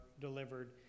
delivered